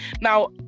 now